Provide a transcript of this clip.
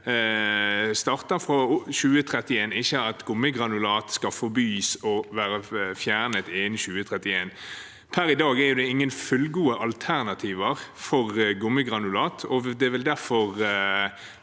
starter fra 2031, ikke at gummigranulat skal forbys og være fjernet innen 2031. Per i dag er det ingen fullgode alternativer til gummigranulat, og det vil derfor